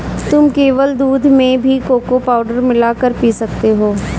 तुम केवल दूध में भी कोको पाउडर मिला कर पी सकते हो